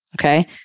okay